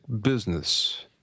business